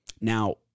Now